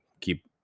keep